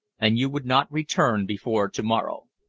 and you would not return before to-morrow.